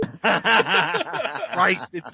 Christ